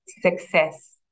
Success